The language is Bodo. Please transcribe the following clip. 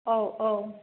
औ औ